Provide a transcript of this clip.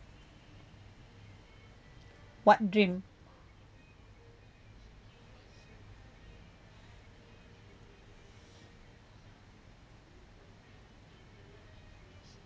what dream